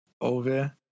over